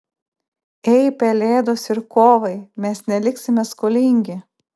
ei pelėdos ir kovai mes neliksime skolingi